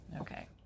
Okay